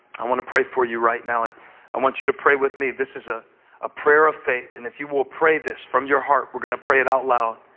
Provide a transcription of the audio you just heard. i want to pray for you right now, and i want you to pray with me. this is a ah prayer of faith, and if you will pray this from your heart we're going to pray it out loud,